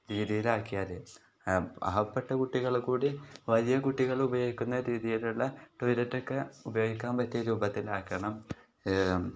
രീതിയിലാക്കിയാൽ അർഹപ്പെട്ട കുട്ടികൾ കൂടി വലിയ കുട്ടികൾ ഉപയോഗിക്കുന്ന രീതിയിലുള്ള ടോയ്ലറ്റൊക്കെ ഉപയോഗിക്കാൻ പറ്റിയ രൂപത്തിലാക്കണം